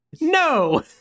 No